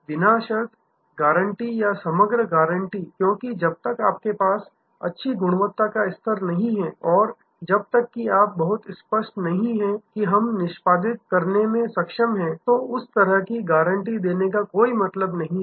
बिना शर्त गारंटी या समग्र गारंटी क्योंकि जब तक आपके पास अच्छी गुणवत्ता का स्तर नहीं है जब तक कि आप बहुत स्पष्ट नहीं हैं कि हम निष्पादित करने में सक्षम हैं तो उस तरह की गारंटी देने का कोई मतलब नहीं है